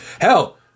Hell